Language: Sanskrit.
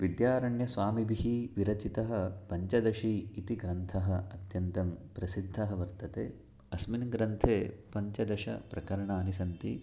विद्यारण्यस्वामिभिः विरचितः पञ्चदशी इति ग्रन्थः अत्यन्तं प्रसिद्धः वर्तते अस्मिन् ग्रन्थे पञ्चदशप्रकरणानि सन्ति